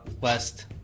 West